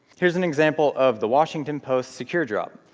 here's an example of the washington post securedrop.